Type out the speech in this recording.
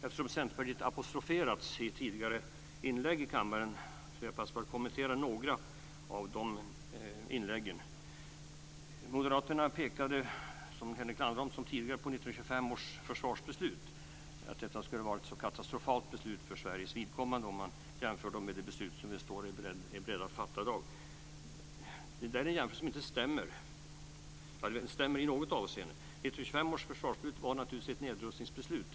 Eftersom Centerpartiet har apostroferats i tidigare inlägg i kammaren vill jag passa på att kommentera några av de inläggen. Moderaterna pekade genom Henrik Landerholm på 1925 års försvarsbeslut. Det skulle ha varit ett katastrofalt beslut för Sveriges vidkommande, och man jämför med det beslut som vi är beredda att fatta i dag. Det stämmer inte. Det stämmer i något avseende; 1925 års försvarsbeslut var naturligtvis ett nedrustningsbeslut.